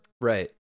Right